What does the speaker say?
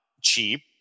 cheap